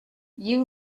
you